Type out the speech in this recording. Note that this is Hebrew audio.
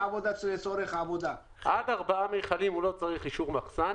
עד ארבעה מכלים הוא לא צריך אישור מחסן.